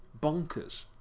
bonkers